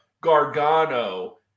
Gargano